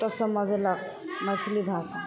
तऽ समझलक मैथिली भाषा